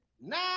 nine